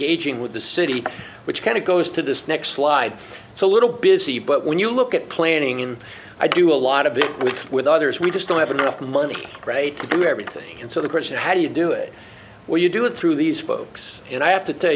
engaging with the city which kind of goes to this next slide it's a little busy but when you look at planning him i do a lot of that with others we just don't have enough money right to do everything and so the question how do you do it where you do it through these folks and i have to tell